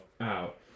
out